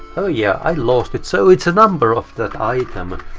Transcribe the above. oh yeah, i lost it. so it's the number of that item.